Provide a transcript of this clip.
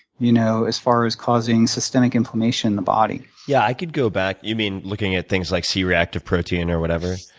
you know as far as causing systemic inflammation in the body. yeah, i could go back. you mean looking at things like c-reactive protein or whatever?